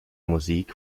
musik